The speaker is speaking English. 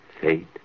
fate